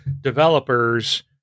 developers